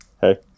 Hey